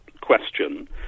question